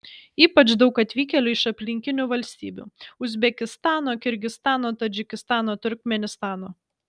ypač daug atvykėlių iš aplinkinių valstybių uzbekistano kirgizstano tadžikistano turkmėnistano